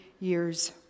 years